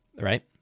right